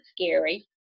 scary